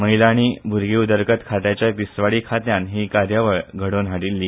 महिला आनी भुरगीं उदरगत खात्याच्या तिसवाडी फांट्यान ही कार्यावळ घडोवन हाडली